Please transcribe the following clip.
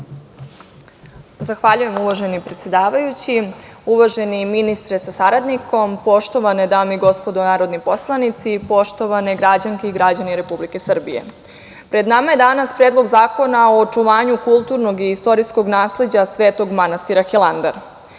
Zahvaljujem, uvaženi predsedavajući. Uvaženi ministre sa saradnikom, poštovane dame i gospodo narodni poslanici, poštovane građanke i građani Republike Srbije, pred nama je danas Predlog zakona o očuvanju kulturnog i istorijskog nasleđa Svetog manastira Hilandar. Manastir